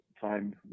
time